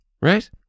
Right